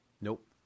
Nope